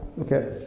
okay